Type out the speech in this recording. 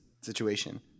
situation